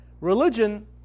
Religion